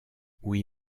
oui